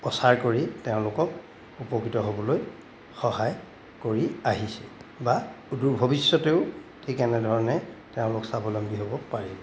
প্ৰচাৰ কৰি তেওঁলোকক উপকৃত হ'বলৈ সহায় কৰি আহিছে বা সুদূৰ ভৱিষ্যতেও ঠিক এনেধৰণে তেওঁলোক স্বাৱলম্বী হ'ব পাৰিব